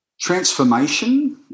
transformation